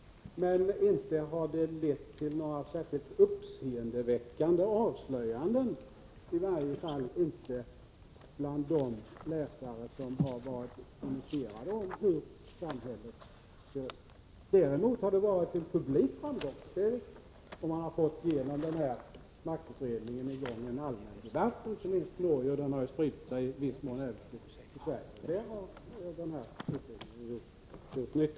Men inte har utredningen lett till några särskilt uppseendeväckande avslöjanden, i varje fallinte bland de läsare som har varit initierade om samhället. Däremot är det riktigt att den nått en publik framgång. Man har genom denna maktutredning fått i gång en allmän debatt i Norge, som har spritt sig i viss mån även till Sverige. Därigenom har denna utredning gjort nytta.